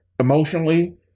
emotionally